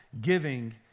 giving